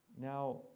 Now